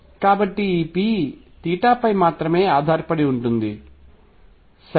కాబట్టి ఈ p theta పై మాత్రమే ఆధారపడి ఉంటుంది సరే